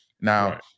Now